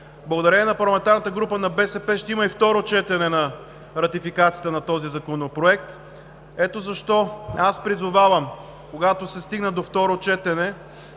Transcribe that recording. Благодарение на парламентарната група на БСП ще има и второ четене на ратификацията на този законопроект. Ето защо призовавам, когато се стигне до второ четене,